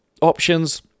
options